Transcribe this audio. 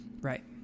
Right